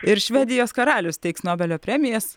ir švedijos karalius teiks nobelio premijas